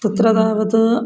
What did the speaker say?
तत्र तावत्